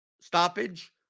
stoppage